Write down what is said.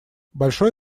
большое